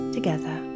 together